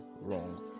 wrong